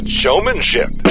showmanship